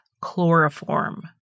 chloroform